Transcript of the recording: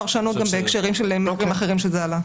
זאת הפרשנות גם בהקשרים אחרים שזה עלה.